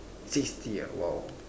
sixty ah !wow!